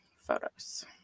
Photos